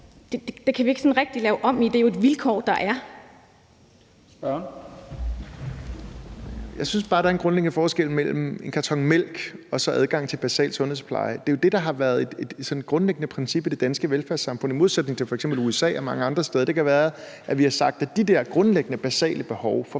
Kl. 12:10 Pelle Dragsted (EL): Jeg synes bare, at der er en grundlæggende forskel mellem en karton mælk og så adgang til basal sundhedspleje. Det er jo det, der har været sådan et grundlæggende princip i det danske velfærdssamfund i modsætning til USA og mange andre steder. Det kan være, at vi har sagt, at de der grundlæggende, basale behov for